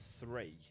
three